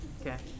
Okay